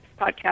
podcast